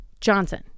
Johnson